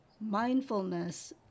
mindfulness